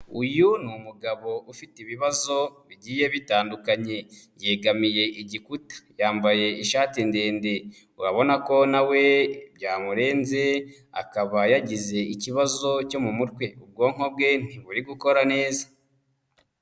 Uyu ni umugabo ufite ibibazo bigiye bitandukanye, yegamiye igikuta, yambaye ishati ndende urabona ko na we byamurenze, akaba yagize ikibazo cyo mu mutwe, ubwonko bwe nti buri gukora neza.